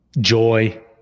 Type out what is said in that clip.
Joy